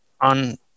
on